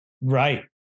Right